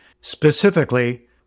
Specifically